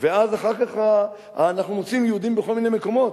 ואחר כך אנחנו מוצאים יהודים בכל מיני מקומות.